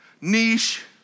Niche